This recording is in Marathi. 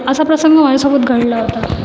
असा प्रसंग माझ्यासोबत घडला होता